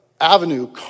avenue